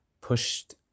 pushed